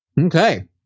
Okay